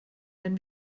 wenn